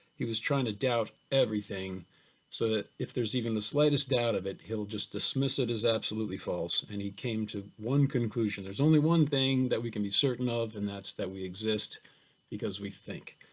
he was trying to doubt everything so that if there's even the slightest doubt of it, he'll just dismiss it as absolutely false and he came to one conclusion, there's only one thing that we can be certain of and that's that we exist because we think.